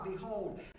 behold